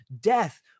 death